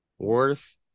Worth